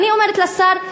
אני אומרת לשר,